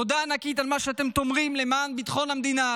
תודה ענקית על מה שאתם תורמים למען ביטחון המדינה,